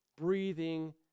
breathing